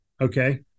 okay